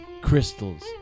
crystals